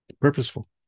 Purposeful